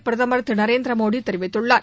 பிரதமர் திரு நரேந்திர மோடி தெரிவித்துள்ளார்